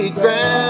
ground